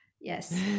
Yes